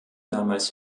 damals